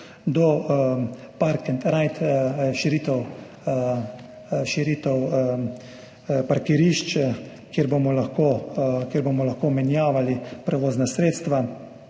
P + R širitev, širitev parkirišč, kjer bomo lahko menjavali prevozna sredstva,